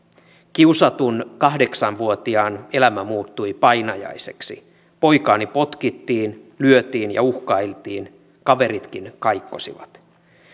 kiusatun kahdeksan vuotiaan elämä muuttui painajaiseksi poikaani potkittiin lyötiin ja uhkailtiin kaveritkin kaikkosivat